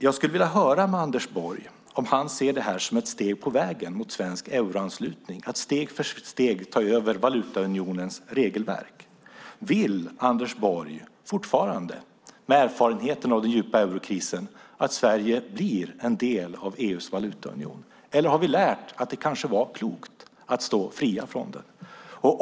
Jag skulle vilja höra med Anders Borg om han ser det här som ett steg på vägen mot svensk euroanslutning - att steg för steg ta över valutaunionens regelverk. Vill Anders Borg fortfarande, med erfarenheten av den djupa eurokrisen, att Sverige blir en del av EU:s valutaunion, eller har vi lärt att det kanske var klokt att stå fria från den?